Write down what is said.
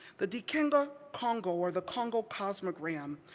the dikenga kongo, or the kongo cosmogram,